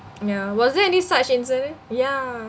ya was there any such incident ya